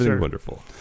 wonderful